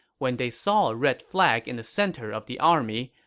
when they saw a red flag in the center of the army,